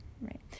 Right